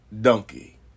donkey